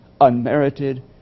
unmerited